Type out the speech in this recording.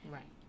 Right